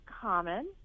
common